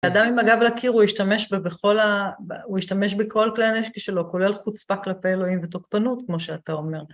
האדם, עם הגב לקיר, הוא ישתמש בכל ה... הוא ישתמש בכלי הנשק שלו, כולל חוצפה כלפי אלוהים ותוקפנות, כמו שאתה אומר.